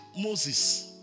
Moses